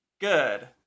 Good